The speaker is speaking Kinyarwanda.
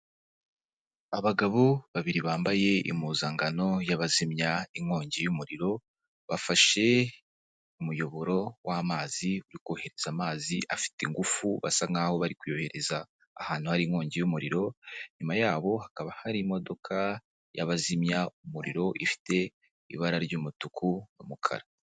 Abagabo babiri bambaye impuzankano y'abazimya inkongi y'umuriro, bafashe umuyoboro w'amazi uri kohereza amazi afite ingufu basa nkaho bari kuyohereza ahantu hari inkongi y'umuriro, inyuma yabo hakaba hari imodoka yabazimya umuriro ifite ibara ry'umutuku n'umukara.